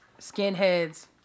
skinheads